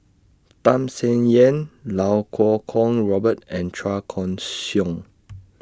Tham Sien Yen loud Kuo Kwong Robert and Chua Koon Siong